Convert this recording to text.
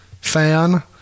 fan